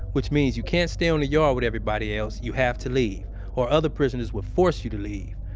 which means you can't stay on the yard with everybody else. you have to leave or other prisoners will force you to leave.